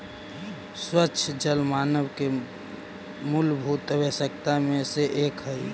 स्वच्छ जल मानव के मूलभूत आवश्यकता में से एक हई